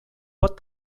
pot